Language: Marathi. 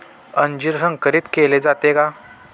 अंजीर संकरित केले जाते का?